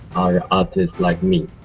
are an artist like me.